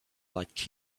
like